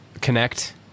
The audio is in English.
connect